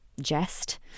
jest